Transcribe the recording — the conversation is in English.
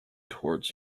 towards